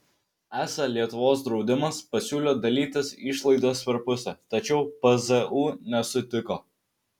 esą lietuvos draudimas pasiūlė dalytis išlaidas per pusę tačiau pzu nesutiko